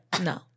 No